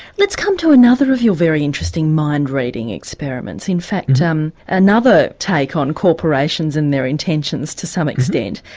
let's come to another of your very interesting mind-reading experiments, in fact um another take on corporations and their intentions to some extent.